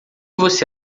você